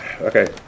Okay